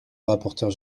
rapporteur